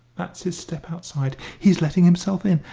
that's his step outside. he's letting himself in.